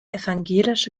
evangelische